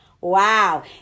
Wow